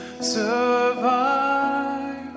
survive